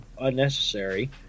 unnecessary